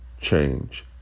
change